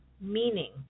meaning